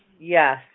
Yes